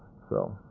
so